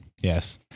yes